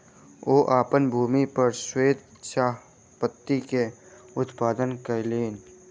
ओ अपन भूमि पर श्वेत चाह पत्ती के उत्पादन कयलैन